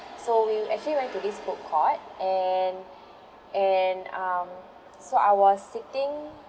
so we actually went to this food court and and um so I was sitting